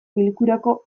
bilkurako